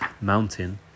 mountain